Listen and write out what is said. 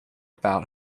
about